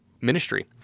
ministry